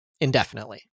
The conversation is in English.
indefinitely